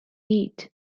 heat